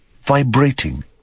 vibrating